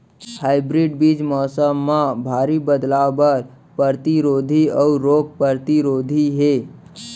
hybrid बीज मौसम मा भारी बदलाव बर परतिरोधी अऊ रोग परतिरोधी हे